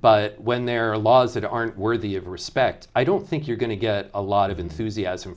but when there are laws that aren't worthy of respect i don't think you're going to get a lot of enthusiasm